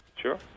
Sure